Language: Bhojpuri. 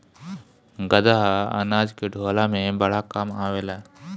गदहा अनाज के ढोअला में बड़ा काम आवेला